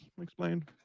explain